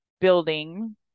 building